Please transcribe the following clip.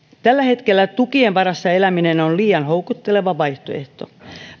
tällä hetkellä tukien varassa eläminen on liian houkutteleva vaihtoehto